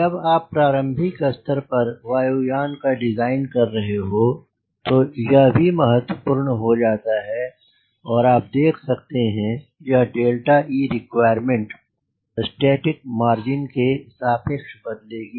जब आप प्रारंभिक स्तर पर वायु यान का डिज़ाइन कर रहे हो तो यह भी महत्वपूर्ण हो जाता है और आप देख सकते हैं यहe रिक्वॉयरमेंट स्टैटिक मार्जिन के सापेक्ष बदलेगी